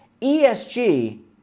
ESG